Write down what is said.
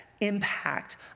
impact